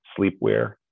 sleepwear